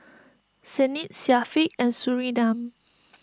Senin Syafiq and Surinam